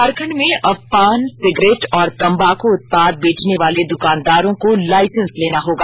झारखंड में अब पान सिगरेट और तम्बाक उत्पाद बेचने वाले द्वकानदारों को लाइसेंस लेना होगा